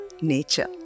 nature